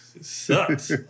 sucks